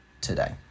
today